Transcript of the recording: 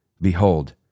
Behold